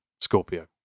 Scorpio